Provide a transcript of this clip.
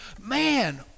Man